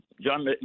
John